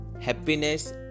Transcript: happiness